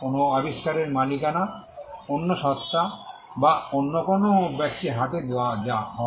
কোনও আবিষ্কারের মালিকানা অন্য সত্তা বা অন্য কোনও ব্যক্তির হাতে দেওয়া হয়